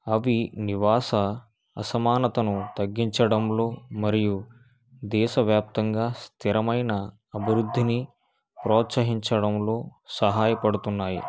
అవి నివాస అసమానతను తగ్గించడంలో మరియు దేశవ్యాప్తంగా స్థిరమైన అభివృద్ధిని ప్రోత్సహించడంలో సహాయపడుతున్నాయి